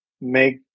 make